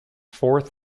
fourth